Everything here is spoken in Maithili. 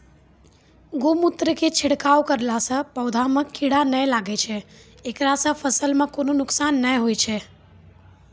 गोमुत्र के छिड़काव करला से पौधा मे कीड़ा नैय लागै छै ऐकरा से फसल मे कोनो नुकसान नैय होय छै?